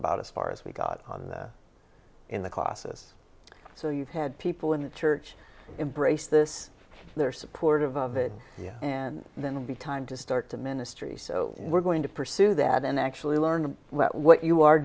about as far as we got in the classes so you've had people in the church embrace this they're supportive of it and then will be time to start to ministry so we're going to pursue that and actually learn what you are